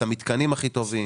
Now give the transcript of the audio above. את המתקנים הכי טובים